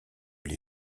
les